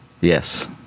Yes